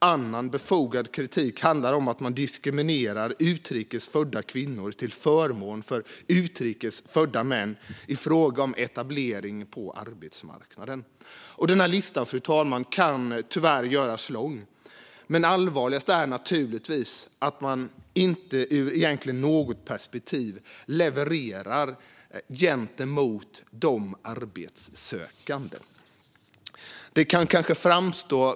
Annan befogad kritik handlar om att man diskriminerar utrikes födda kvinnor till förmån för utrikes födda män i fråga om etablering på arbetsmarknaden. Listan kan tyvärr göras lång, fru talman, men allvarligast är naturligtvis att man inte levererar gentemot de arbetssökande ur egentligen något perspektiv.